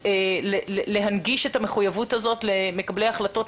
להנגיש את המחויבות הזאת למקבלי ההחלטות,